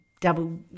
double